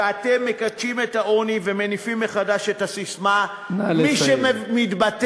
ואתם מקדשים את העוני ומניפים מחדש את הססמה: מי שמתבטל,